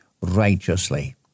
righteously